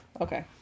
Okay